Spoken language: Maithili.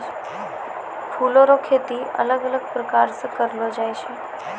फूलो रो खेती अलग अलग प्रकार से करलो जाय छै